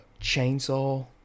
chainsaw